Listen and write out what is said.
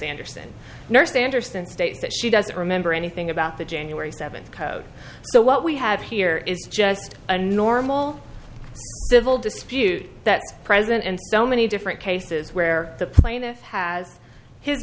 sanderson nurse anderson states that she doesn't remember anything about the january seventh code so what we have here is just a normal civil dispute that's present and so many different cases where the plaintiff has his